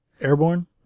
Airborne